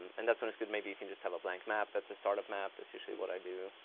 and that's when it's good. maybe you can just have a blank map. that's the startup map, that's usually what i do.